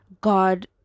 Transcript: God